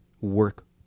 work